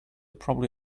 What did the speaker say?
probably